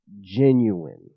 genuine